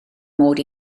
mod